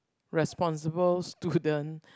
responsible student